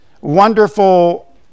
wonderful